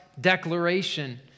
declaration